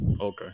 okay